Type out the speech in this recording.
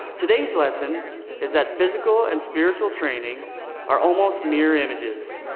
today's lesson is that physical and spiritual training are almost mirror images.